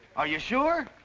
are you sure?